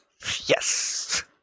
Yes